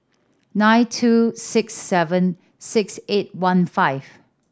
nine two six seven six eight one five